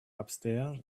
upstairs